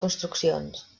construccions